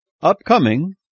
upcoming